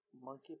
monkey